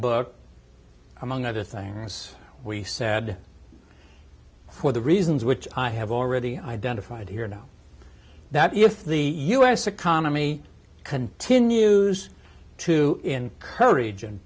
book among other things we said for the reasons which i have already identified here now that if the us economy continues to encourag